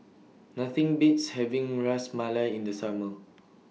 Nothing Beats having Ras Malai in The Summer